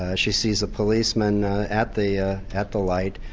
ah she sees a policeman at the ah at the light,